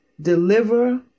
deliver